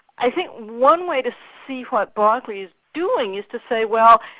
i think one way to see what berkeley is doing is to say, well,